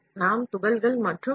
நான் நேரடியாக துகள்களை எஃப்